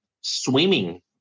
swimming